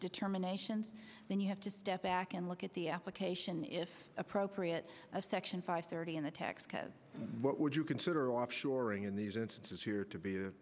determinations then you have to step back and look at the application if appropriate of section five thirty in the tax code what would you consider offshoring in these instances here to be